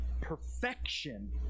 perfection